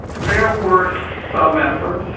there were some efforts,